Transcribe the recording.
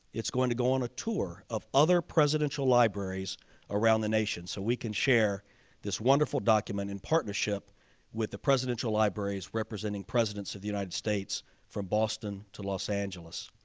it's going to go on a tour of other presidential libraries around the nation so we can share this wonderful document in partnership with the presidential libraries representing presidents of the united states from boston to los angeles.